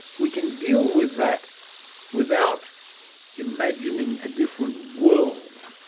we can deal with that without imagining a different world,